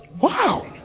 Wow